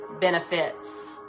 benefits